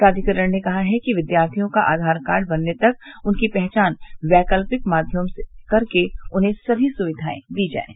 प्राधिकरण ने कहा है कि विद्यार्थियों का आधार कार्ड बनने तक उनकी पहचान वैकल्पिक माध्यमों से कर उन्हें सभी सुविघाएं दी जाएं